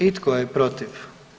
I tko je protiv?